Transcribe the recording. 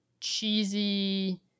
cheesy